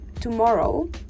tomorrow